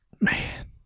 Man